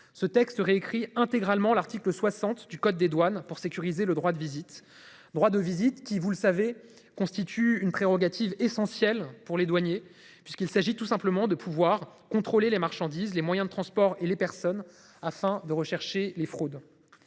ce texte réécrit intégralement l'article 60 du code des douanes pour sécuriser le droit de visite. Droit de visite qui vous le savez constituent une prérogative essentielle pour les douaniers puisqu'il s'agit tout simplement de pouvoir contrôler les marchandises, les moyens de transport et les personnes afin de rechercher les fraudes.